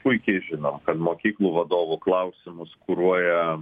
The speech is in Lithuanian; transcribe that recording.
puikiai žinom kad mokyklų vadovų klausimus kuruoja